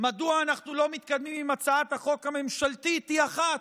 מדוע אנחנו לא מתקדמים עם הצעת החוק הממשלתית היא אחת,